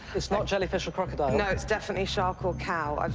it's not jellyfish or crocodile. it's definitely shark or cow.